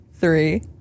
three